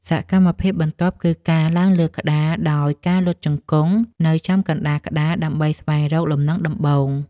សកម្មភាពបន្ទាប់គឺការឡើងលើក្តារដោយការលុតជង្គង់នៅចំកណ្ដាលក្តារ ដើម្បីស្វែងរកលំនឹងដំបូង។